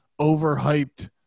overhyped